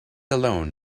alone